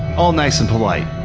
all nice and polite.